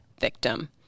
victim